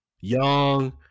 young